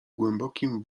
głębokim